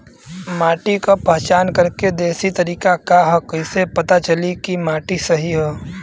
माटी क पहचान करके देशी तरीका का ह कईसे पता चली कि माटी सही ह?